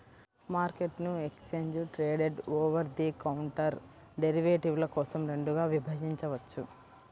మార్కెట్ను exchange traded, over the counter డెరివేటివ్ల కోసం రెండుగా విభజించవచ్చు